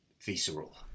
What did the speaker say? visceral